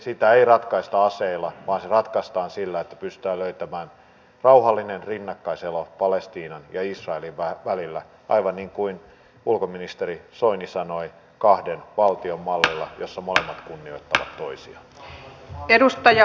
sitä ei ratkaista aseilla vaan se ratkaistaan sillä että pystytään löytämään rauhallinen rinnakkaiselo palestiinan ja israelin välillä aivan niin kuin ulkoministeri soini sanoi kahden valtion mallilla jossa molemmat kunnioittavat toisiaan